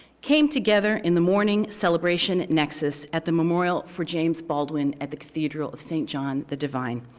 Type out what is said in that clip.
came together in the morning celebration nexus, at the memorial for james baldwin, at the cathedral of st. john, the divine.